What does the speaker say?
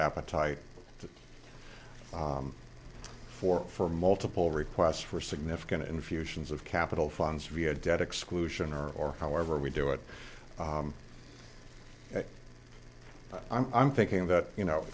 appetite for for multiple requests for significant infusions of capital funds via debt exclusion or or however we do it i'm thinking that you know